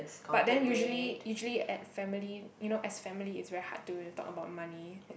but then usually usually at family you know as family is very hard to talk about money